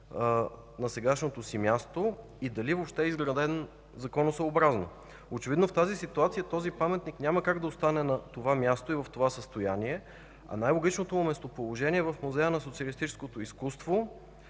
на сегашното си място и дали въобще е изграден законосъобразно. Очевидно в тази ситуация паметникът няма как да остане на това място и в такова състояние. Най-логичното му местоположение е в Музея на социалистическото изкуство,